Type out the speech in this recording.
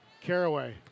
Caraway